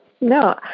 No